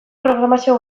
programazio